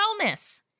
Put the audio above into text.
wellness